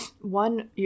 One